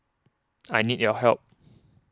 I need your help